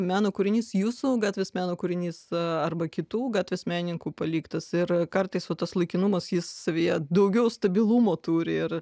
meno kūrinys jūsų gatvės meno kūrinys arba kitų gatvės menininkų paliktas ir kartais va tas laikinumas jis savyje daugiau stabilumo turi ir